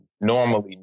normally